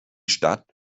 stadt